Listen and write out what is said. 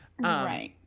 Right